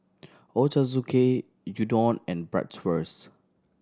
Ochazuke Udon and Bratwurst